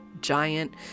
giant